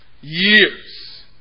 Years